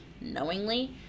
knowingly